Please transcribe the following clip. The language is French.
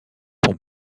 ont